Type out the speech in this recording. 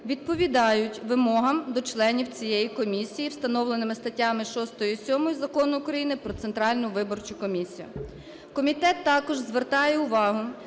відповідають вимогам до членів цієї комісії, встановленим статтями 6 і 7 Закону України "Про Центральну виборчу комісію". Комітет також звертає увагу,